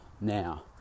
now